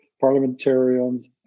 parliamentarians